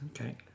Okay